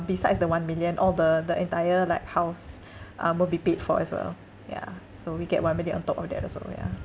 besides the one million all the the entire like house um will be paid for as well yeah so we get one million on top of that also yeah